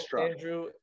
Andrew